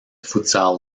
futsal